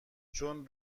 چون